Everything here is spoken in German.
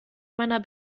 meiner